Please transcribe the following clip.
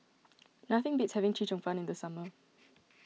nothing beats having Chee Cheong Fun in the summer